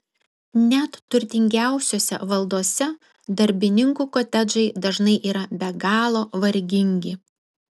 net turtingiausiose valdose darbininkų kotedžai dažnai yra be galo vargingi